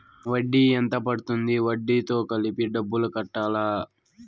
వడ్డీ ఎంత పడ్తుంది? వడ్డీ తో కలిపి డబ్బులు కట్టాలా?